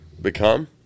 become